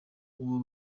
uwo